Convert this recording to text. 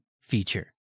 feature